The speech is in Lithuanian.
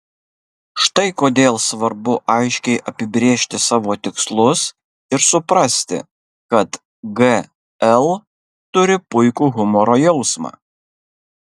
štai kodėl svarbu aiškiai apibrėžti savo tikslus ir suprasti kad gl turi puikų humoro jausmą